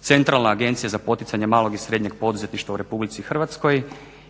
centralna agencija za poticanje malog i srednjeg poduzetništva u Republici Hrvatskoj